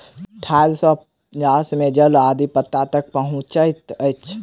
ठाइड़ सॅ गाछ में जल आदि पत्ता तक पहुँचैत अछि